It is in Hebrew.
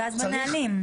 הנה,